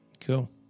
Cool